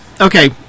Okay